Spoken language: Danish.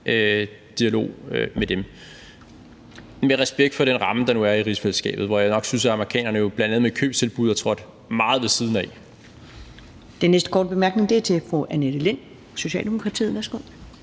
dialog med dem, med respekt for den ramme, der nu er i rigsfællesskabet, hvor jeg nok synes, at amerikanerne bl.a. med købstilbud er trådt meget ved siden af. Kl. 15:06 Første næstformand (Karen Ellemann): Den næste korte bemærkning er til fru Annette Lind, Socialdemokratiet. Værsgo.